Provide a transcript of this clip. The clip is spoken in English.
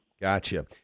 Gotcha